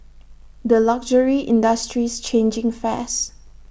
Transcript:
the luxury industry's changing fast